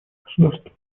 государств